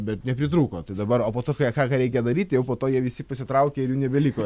bet nepritrūko tai dabar o po to ką ką reikia daryti jau po to jie visi pasitraukė ir jų nebeliko